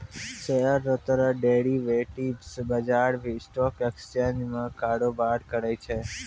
share रो तरह derivatives बजार भी स्टॉक एक्सचेंज में कारोबार करै छै